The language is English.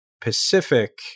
Pacific